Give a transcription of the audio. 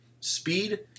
Speed